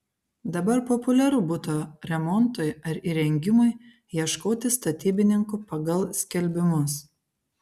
dabar populiaru buto remontui ar įrengimui ieškoti statybininkų pagal skelbimus